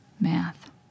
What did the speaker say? Math